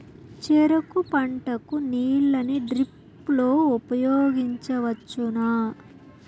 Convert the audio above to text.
చెరుకు పంట కు నీళ్ళని డ్రిప్ లో ఉపయోగించువచ్చునా?